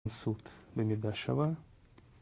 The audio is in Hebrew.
התכנסות במידה שווה